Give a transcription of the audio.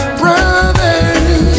brothers